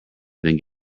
then